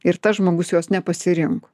ir tas žmogus jos nepasirinko